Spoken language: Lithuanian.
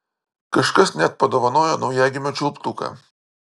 kažkas net padovanojo naujagimio čiulptuką